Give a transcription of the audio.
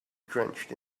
drenched